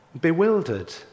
bewildered